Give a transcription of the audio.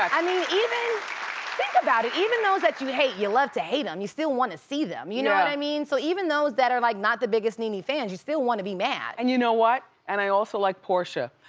i mean even, think about it, even those that you hate, you love to hate em. you still wanna see them, you know what i mean? so even those that are like not the biggest nene fans, you still wanna be mad. and you know what, and i also like porsha.